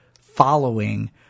following